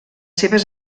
seves